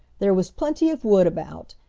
there was plenty of wood about,